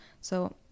so-